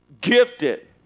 Gifted